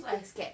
so I scared